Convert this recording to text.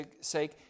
sake